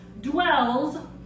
dwells